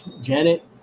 Janet